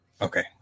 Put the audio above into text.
Okay